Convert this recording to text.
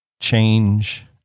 change